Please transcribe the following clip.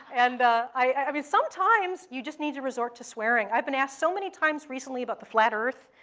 and i mean, sometimes you just need to resort to swearing. i've been asked so many times recently about the flat earth.